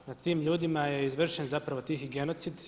Nad tim ljudima je izvršen zapravo tihi genocid.